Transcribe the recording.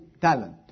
talent